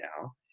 now